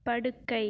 படுக்கை